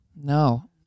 No